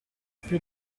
piú